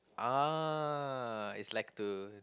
ah is like to